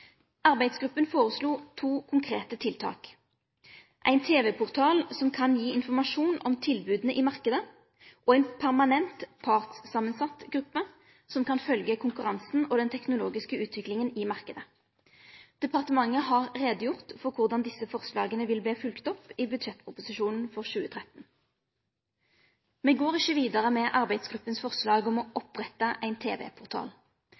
to konkrete tiltak: Ein tv-portal som kan gi informasjon om tilboda i marknaden, og ei permanent partssamansett gruppe som kan følgje konkurransen og den teknologiske utviklinga i marknaden. Departementet har gjort greie for korleis desse forslaga vil verte følgde opp i budsjettproposisjonen for 2013. Me går ikkje vidare med arbeidsgruppas forslag om å opprette ein